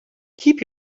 keep